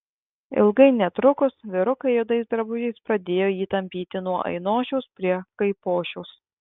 ilgai netrukus vyrukai juodais drabužiais pradėjo jį tampyti nuo ainošiaus prie kaipošiaus